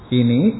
ini